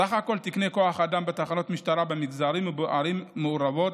סך תקני כוח האדם בתחנות משטרה במגזר ובערים מעורבות,